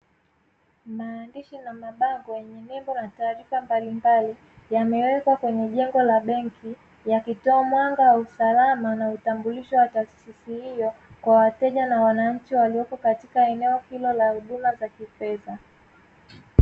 Maandishi na mabango yenye nembo na taarifa mbalimbali yamewekwa kwenye jengo la benki, yakitoa mwanga wa usalama na utambulisho wa taasisi hiyo kwa wateja na wananchi walioko katika eneo hilo la huduma za kifedha.